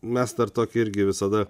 mes dar tokį irgi visada